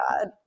God